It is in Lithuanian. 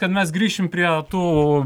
kad mes grįšim prie tų